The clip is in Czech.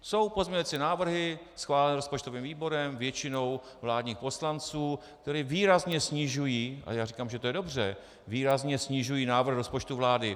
Jsou pozměňovací návrhy schválené rozpočtovým výborem, většinou vládních poslanců, které výrazně snižují a já říkám, že to je dobře výrazně snižují návrh rozpočtu vlády.